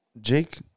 Jake